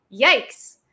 yikes